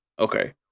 Okay